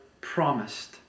promised